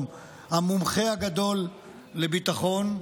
או המומחה הגדול לביטחון,